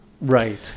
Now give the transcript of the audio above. Right